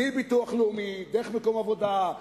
מביטוח לאומי דרך מקום עבודה.